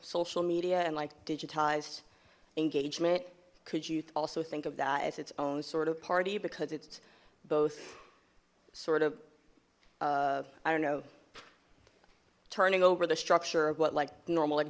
social media and like digitized engagement could you also think of that as its own sort of party because it's both sort of i don't know turning over the structure of what like normal a